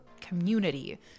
community